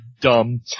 dumb